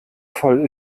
voll